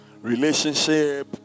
relationship